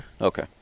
Okay